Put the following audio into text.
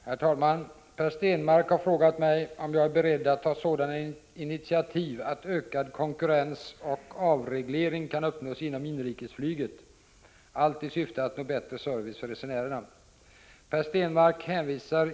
För främst näringslivet är detta ett tilltagande problem. Goda kommunikationer med huvudstaden är ofta ett villkor.